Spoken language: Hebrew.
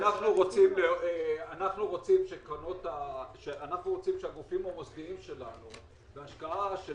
אנחנו רוצים שהגופים המוסדיים שלנו ישקיעו את